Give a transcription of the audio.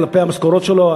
כלפי המשכורות שלו,